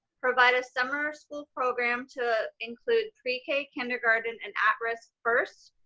provide a summer school program to include pre k kindergarten and at risk first,